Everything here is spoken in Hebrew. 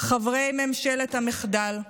חברי ממשלת המחדל.